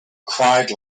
cried